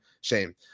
shame